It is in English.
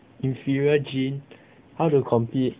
inferior genes how to compete